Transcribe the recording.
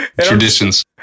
traditions